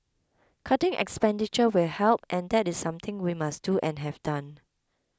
cutting expenditure will help and that is something we must do and have done